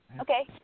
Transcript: Okay